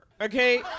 okay